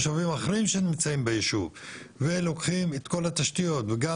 אני לא מקבל את העדפה